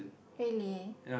really